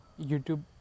YouTube